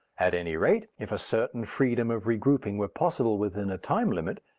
at any rate, if a certain freedom of regrouping were possible within a time limit,